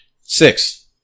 Six